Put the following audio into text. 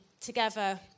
together